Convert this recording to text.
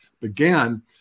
began